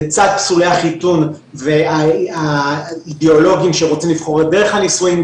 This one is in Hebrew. לצד פסולי החיתון והאידיאולוגים שרוצים לבחור את דרך הנישואים,